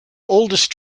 oldest